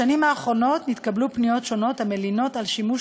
בשנים האחרונות התקבלו פניות שונות המלינות על השימוש